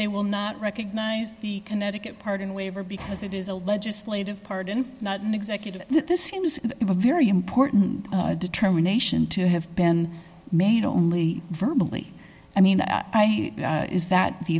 they will not recognize the connecticut pardon waiver because it is a legislative pardon not an executive this seems a very important determination to have been made only verbal i mean is that the